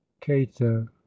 cato